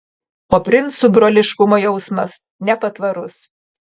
o princų broliškumo jausmas nepatvarus